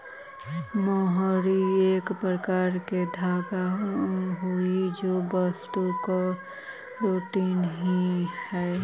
मोहरी एक प्रकार के धागा हई जे वस्तु केराटिन ही हई